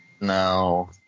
No